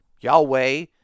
Yahweh